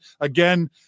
again